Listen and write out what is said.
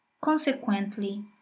Consequently